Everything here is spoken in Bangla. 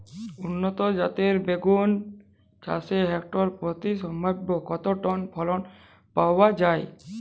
উন্নত জাতের বেগুন চাষে হেক্টর প্রতি সম্ভাব্য কত টন ফলন পাওয়া যায়?